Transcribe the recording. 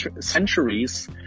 centuries